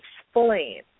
explain